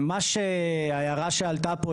ההערה שעלתה פה,